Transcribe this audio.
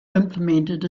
implemented